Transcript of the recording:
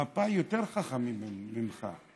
מפא"י יותר חכמים ממך.